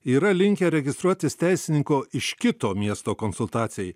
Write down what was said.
yra linkę registruotis teisininko iš kito miesto konsultacijai